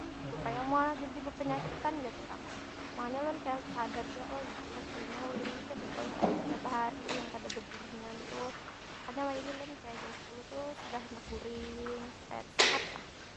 Jadi itu pang yang meolah jadi bepenyakitan jar urang. makanya ulun kaya sadar jua, kayanya ulun ni kada boleh lagi kaya bahari, yang kada beguringan tuh. Makanya wahini ulun kaya jam sepuluh tu sudah handak guring, supaya sehat lah.